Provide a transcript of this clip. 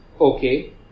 Okay